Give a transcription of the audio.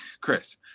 Chris